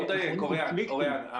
בוא נדייק, אוריין.